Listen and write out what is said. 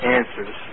Answers